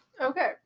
Okay